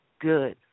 good